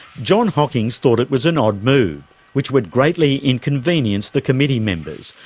john hockings thought it was an odd move, which would greatly inconvenience the committee members,